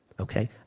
Okay